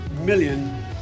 million